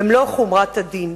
במלוא חומרת הדין.